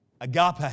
Agape